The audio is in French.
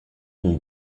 mon